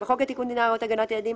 19. בחוק לתיקון דיני הראיות (הגנת ילדים),